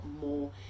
more